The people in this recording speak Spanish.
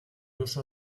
uso